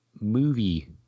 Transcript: movie